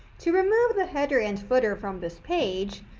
to remove the header and footer from this page,